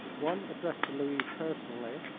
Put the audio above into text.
one addressed to louise personally.